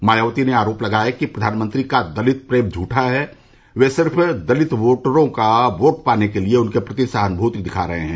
मायावती ने आरोप लगाया कि प्रधानमंत्री का दलित प्रेम झूठा है वे सिर्फ दलित वोटरों का वोट पाने के लिये उनके प्रति सहानुभूति दिखा रहे हैं